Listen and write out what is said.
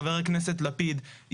חבר הכנסת לפיד,